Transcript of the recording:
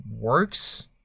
works